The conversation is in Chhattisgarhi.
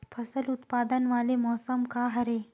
फसल उत्पादन वाले मौसम का हरे?